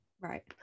right